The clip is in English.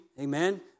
Amen